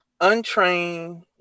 Untrained